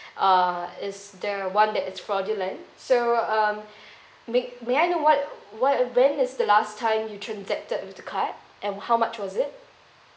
uh is the one that is fraudulent so um may may I know what what when is the last time you transacted with the card and how much was it